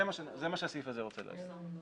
זה מה שהסעיף הזה רוצה לומר.